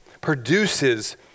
produces